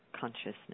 consciousness